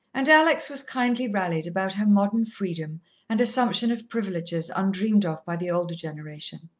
and alex was kindly rallied about her modern freedom and assumption of privileges undreamed of by the older generation.